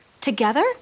Together